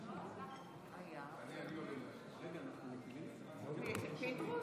חברתי גלית דיסטל, אלה שופטיך,